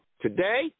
Today